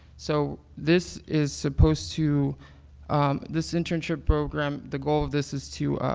so this is supposed to this internship program, the goal of this is to